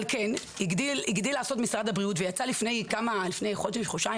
אבל הגדיל לעשות משרד הבריאות ויצא לפני חודש חודשיים